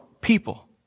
people